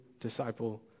disciple